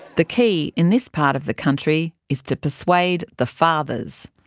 the key in this part of the country is to persuade the fathers.